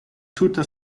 tuta